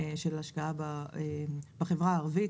של השקעה בחברה הערבית,